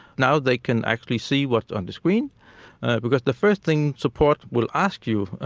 now they can actually see what's on the screen because the first thing support will ask you,